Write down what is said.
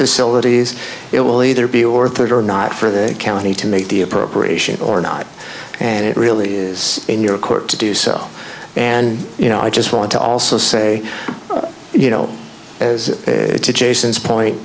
facilities it will either be or third or not for the county to make the appropriation or not and it really is in your court to do so and you know i just want to also say you know as to jason's point